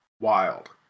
wild